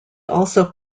also